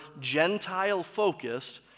Gentile-focused